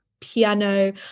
piano